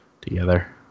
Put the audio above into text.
together